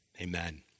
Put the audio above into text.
amen